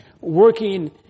working